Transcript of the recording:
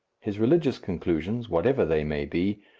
his religious conclusions, whatever they may be,